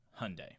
Hyundai